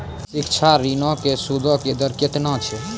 शिक्षा ऋणो के सूदो के दर केतना छै?